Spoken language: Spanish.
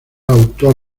autor